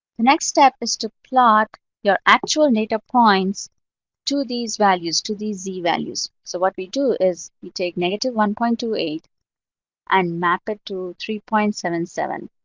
the next step is to plot your actual negative points to these values, to these z-values. so what we do is you take negative one point two eight and map it to three point seven seven.